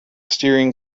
steering